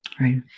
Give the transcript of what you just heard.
Right